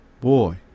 Boy